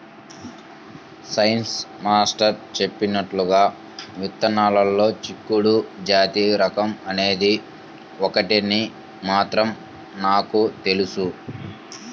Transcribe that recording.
science master చెప్పినట్లుగా విత్తనాల్లో చిక్కుడు జాతి రకం అనేది ఒకటని మాత్రం నాకు తెలుసు